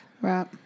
Right